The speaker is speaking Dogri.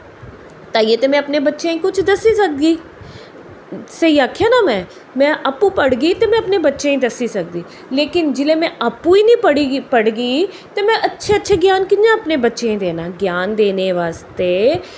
ताइयें ते में अपने बच्चेंआ गी कुछ दस्सी सकगी स्हेई आखेआ न में आपूं पढ़गी ते में अपने बच्चेंआ गी दस्सी सकगी लेकिन जिल्लै में आपूं गै नी पढ़गी ते में अच्छा अच्छा ज्ञान कि'यां अपने बच्चेंआ गी देना ज्ञान देने बास्तै